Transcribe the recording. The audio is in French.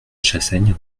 chassaigne